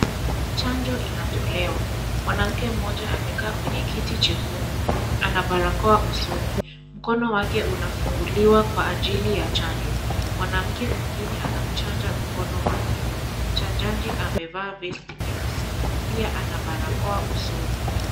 Chanjo inatolewa, Mwanamke mmoja amekaa kwenye kiti chekundu. Ana barakoa usoni, mkono wake unafunguliwa kwa ajili ya chanjo. Mwanamke mwingine anamchanja mkono wake. Mchanjaji amevaa vesti nyeusi, pia ana barakoa usoni.